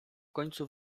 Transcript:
końcu